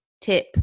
tip